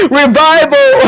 revival